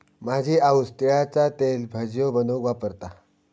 माझी आऊस तिळाचा तेल भजियो बनवूक वापरता